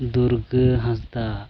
Durga Hansda